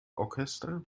orchester